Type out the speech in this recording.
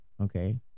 okay